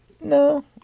No